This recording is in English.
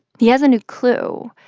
he has a new clue.